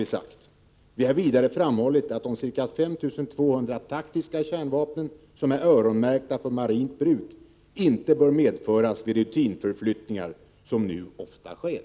Vi har vidare framhållit att de ca 5 200 taktiska kärnvapen som är öronmärkta för marint bruk inte bör medföras vid rutinförflyttningar, vilket nu ofta sker.